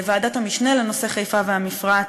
ועדת המשנה לנושא חיפה והמפרץ,